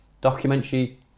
documentary